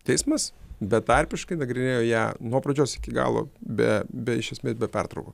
teismas betarpiškai nagrinėjo ją nuo pradžios iki galo be be iš esmės be pertraukų